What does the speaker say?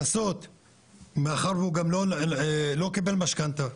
מאחר והוא גם לא קיבל משכנתא.